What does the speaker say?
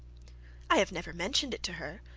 i have never mentioned it to her,